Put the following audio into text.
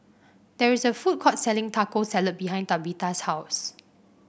there is a food court selling Taco Salad behind Tabitha's house